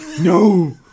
No